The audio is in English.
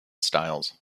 styles